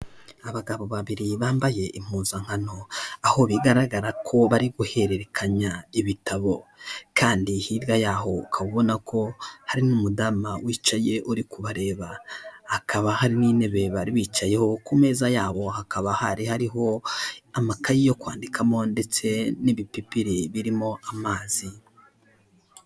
Abagabo babiri bambaye impuzankano aho bigaragara ko bari guhererekanya ibitabo kandi hirya yaho ukaba ubona ko hari n'umudamu wicaye uri kubareba hakaba hari n'intebe bari bicayeho ku meza yabo hakaba hari hariho amakaye yo kwandikamo ndetse n'ibipipiri birimo amazi.